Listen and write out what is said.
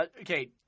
Okay